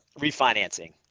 refinancing